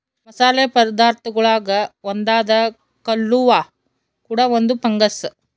ಮಸಾಲೆ ಪದಾರ್ಥಗುಳಾಗ ಒಂದಾದ ಕಲ್ಲುವ್ವ ಕೂಡ ಒಂದು ಫಂಗಸ್